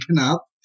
up